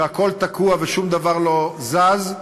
שהכול תקוע ושום דבר לא זז,